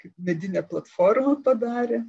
kaip vidinę platformą padarė